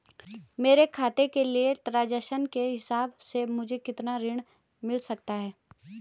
मेरे खाते के ट्रान्ज़ैक्शन के हिसाब से मुझे कितना ऋण मिल सकता है?